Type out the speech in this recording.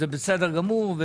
זה בסדר גמור.